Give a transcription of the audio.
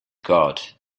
god